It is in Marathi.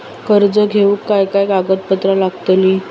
कर्ज घेऊक काय काय कागदपत्र लागतली?